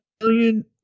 million